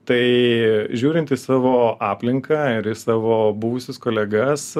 tai žiūrint į savo aplinką ir į savo buvusius kolegas